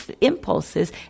impulses